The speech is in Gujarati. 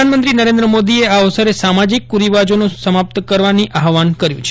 પ્રધાનમંત્રી નરેન્દ્ર મોદીએ આ અવસરે સામાજિક કુરિવાજોને સમાપ્ત કરવાની આહવાન કર્યું છે